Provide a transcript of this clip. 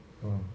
mm